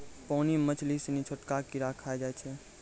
पानी मे मछली सिनी छोटका कीड़ा खाय जाय छै